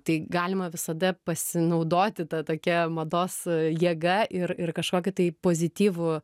tai galima visada pasinaudoti ta tokia mados jėga ir ir kažkokį tai pozityvų